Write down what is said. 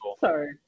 Sorry